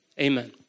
Amen